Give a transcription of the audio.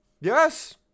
Yes